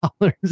dollars